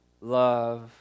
love